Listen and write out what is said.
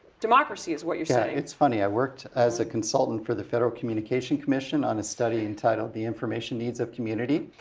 democracy is what you're saying. yeah, it's funny, i worked as a consultant for the federal communication commission on a study entitled the information needs of community.